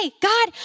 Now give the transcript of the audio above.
God